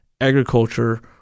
agriculture